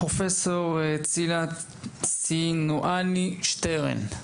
פרופסור צילה סנואני שטרן,